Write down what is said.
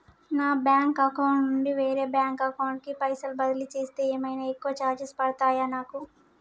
నా bank account నుండి వేరే బ్యాంక్ అకౌంట్ కి పైసల్ బదిలీ చేస్తే ఏమైనా ఎక్కువ చార్జెస్ పడ్తయా నాకు?